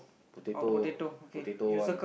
potato potato one